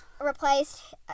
replaced